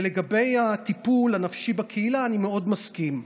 לגבי הטיפול הנפשי בקהילה, אני מאוד מסכים.